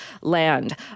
land